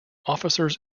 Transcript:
officers